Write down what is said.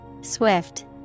Swift